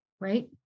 right